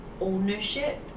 ownership